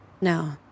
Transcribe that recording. No